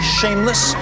shameless